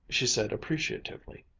she said appreciatively,